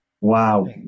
Wow